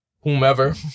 whomever